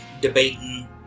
debating